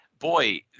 boy